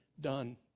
done